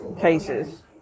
cases